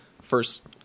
first